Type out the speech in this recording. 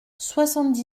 soixante